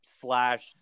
slash